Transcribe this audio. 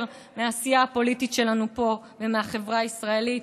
מהעשייה הפוליטית שלנו פה ומהחברה הישראלית.